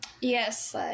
Yes